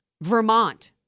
Vermont